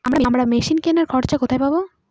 আমরা মেশিন কেনার খরচা কোথায় পাবো?